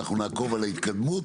אנחנו נעקוב אחרי ההתקדמות